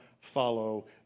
follow